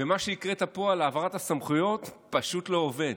ומה שהקראת פה על העברת הסמכויות פשוט לא עובד.